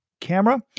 camera